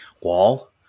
wall